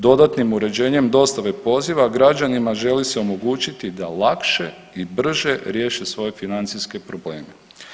Dodatnim uređenjem dostave poziva građanima želi se omogućiti da lakše i brže riješe svoje financijske probleme.